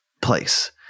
place